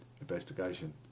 investigation